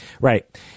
Right